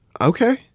Okay